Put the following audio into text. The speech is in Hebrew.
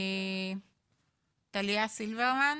טליה סילברמן,